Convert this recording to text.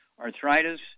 arthritis